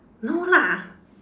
no lah